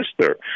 sister